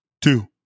Two